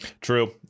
true